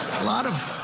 a lot of